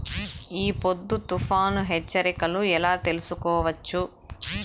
ఈ పొద్దు తుఫాను హెచ్చరికలు ఎలా తెలుసుకోవచ్చు?